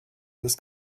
this